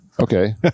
Okay